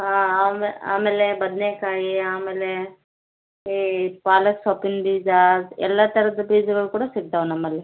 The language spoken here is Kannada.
ಹಾಂ ಆಮೆ ಆಮೇಲೆ ಬದನೆಕಾಯಿ ಆಮೇಲೆ ಈ ಪಾಲಕ್ ಸೊಪ್ಪಿನ ಬೀಜ ಎಲ್ಲ ಥರದ ಬೀಜಗಳು ಕೂಡ ಸಿಗ್ತವೆ ನಮ್ಮಲ್ಲಿ